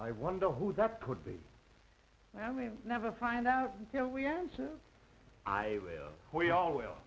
i wonder who that could be i mean we never find out until we answer i will we all will